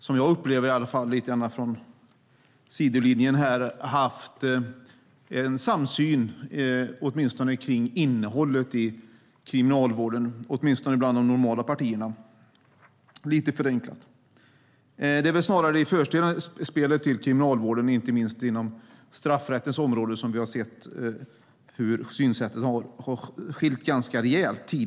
Som jag upplever det lite grann från sidolinjen har vi haft en samsyn åtminstone om innehållet i kriminalvården, i varje fall bland de normala partierna - lite förenklat uttryckt. Snarare är det i förspelet till kriminalvården, inte minst inom straffrättens område, som synsätten tidigare har skilt sig ganska rejält.